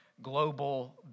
global